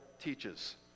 teaches